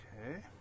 Okay